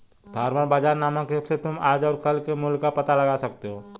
farmer बाजार नामक app से तुम आज और कल के मूल्य का पता लगा सकते हो